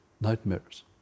nightmares